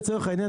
לצורך העניין,